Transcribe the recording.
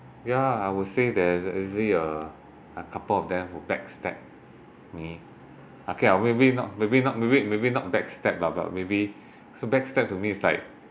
ya I will say there's easily a couple of them who backstab me okay or maybe not maybe not maybe maybe not backstab but but maybe so backstab to me is like